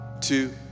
two